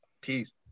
Peace